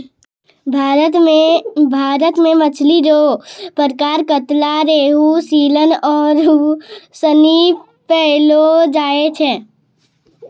भारत मे मछली रो प्रकार कतला, रेहू, सीलन आरु सनी पैयलो जाय छै